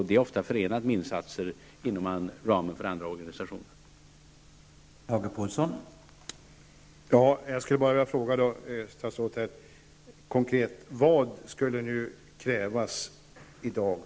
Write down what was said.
Det är ofta förenat med insatser inom ramen för andra organisationers verksamhet.